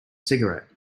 cigarette